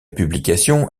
publication